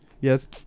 yes